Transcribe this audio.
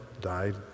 died